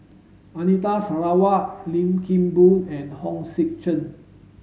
Anita Sarawak Lim Kim Boon and Hong Sek Chern